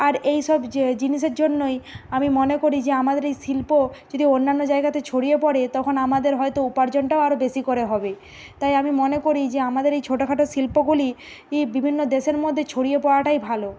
আর এইসব যে জিনিসের জন্যই আমি মনে করি যে আমাদের এই শিল্প যদি অন্যান্য জায়গাতে ছড়িয়ে পড়ে তখন আমাদের হয়তো উপার্জনটাও আরো বেশি করে হবে তাই আমি মনে করি যে আমাদের এই ছোটখাটো শিল্পগুলিই ই বিভিন্ন দেশের মধ্যে ছড়িয়ে পড়াটাই ভালো